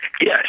Yes